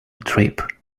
trip